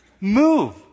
Move